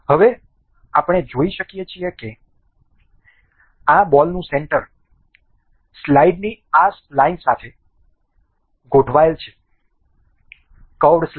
હવે આપણે જોઈ શકીએ છીએ કે આ બોલનું સેન્ટર સ્લાઇડની આ સ્પલાઇન સાથે ગોઠવાયેલ છે કર્વડ સ્લાઇડ